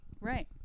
Right